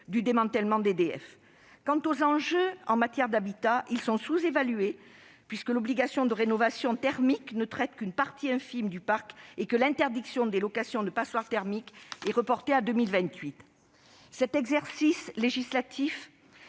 du démantèlement d'EDF. Quant aux enjeux de l'habitat, ils sont sous-évalués, l'obligation de rénovation thermique ne concernant qu'une infime partie du parc et l'interdiction de la location de passoires thermiques étant reportée à 2028. Cet exercice législatif